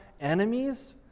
enemies